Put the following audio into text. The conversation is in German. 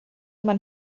man